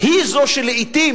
היא זו שלעתים,